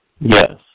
Yes